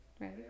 Right